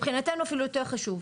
מבחינתו אפילו יותר חשוב.